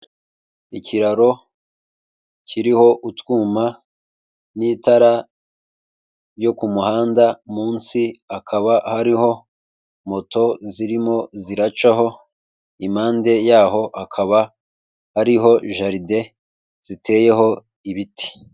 Ikiraro kiriho utwuma n'itara ryo ku muhanda, munsi hakaba hariho moto zirimo ziracaho, impande yaho hakaba hariho jaride ziteyeho ibiti.